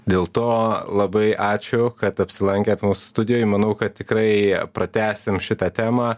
dėl to labai ačiū kad apsilankėt mūsų studijoj manau kad tikrai pratęsim šitą temą